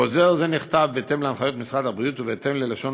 חוזר זה נכתב בהתאם להנחיות משרד הבריאות ובהתאם ללשון